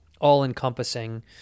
all-encompassing